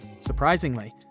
Surprisingly